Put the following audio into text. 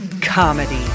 comedy